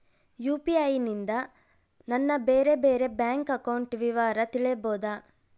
UPI ನಿಂದ ನನ್ನ ಬೇರೆ ಬೇರೆ ಬ್ಯಾಂಕ್ ಅಕೌಂಟ್ ವಿವರ ತಿಳೇಬೋದ?